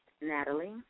Natalie